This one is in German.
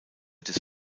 des